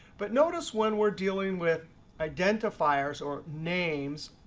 but notice when we're dealing with identifiers or names,